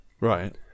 Right